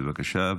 בבקשה,